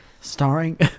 starring